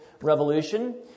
Revolution